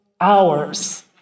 hours